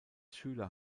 schüler